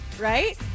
right